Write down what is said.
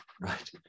Right